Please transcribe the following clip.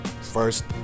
first